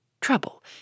trouble